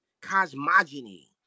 cosmogony